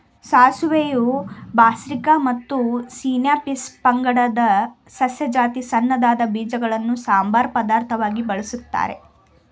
ಸಾಸಿವೆಯು Brassica ಮತ್ತು Sinapis ಪಂಗಡದ ಸಸ್ಯ ಜಾತಿ ಸಣ್ಣದಾದ ಬೀಜಗಳನ್ನು ಸಂಬಾರ ಪದಾರ್ಥವಾಗಿ ಬಳಸ್ತಾರೆ